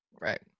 Right